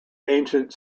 ancient